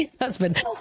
Husband